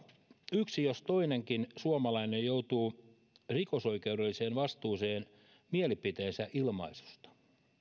yksi jos toinenkin suomalainen joutuu rikosoikeudelliseen vastuuseen mielipiteensä ilmaisusta